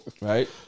Right